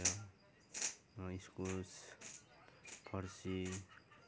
इस्कुस फर्सी